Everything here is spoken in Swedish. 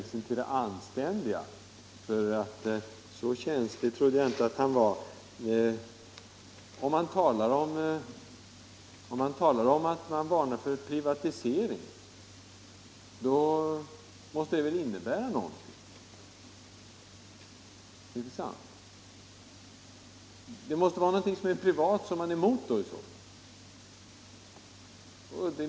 Herr talman! Jag blev en aning förvånad när utbildningsministern sade att jag är på gränsen till det oanständiga. Så känslig trodde jag inte att utbildningsministern var. Om man varnar för privatisering måste det väl innebära någonting, inte sant? Det måste vara någonting som är privat som man är emot i så fall.